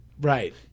Right